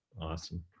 Awesome